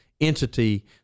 entity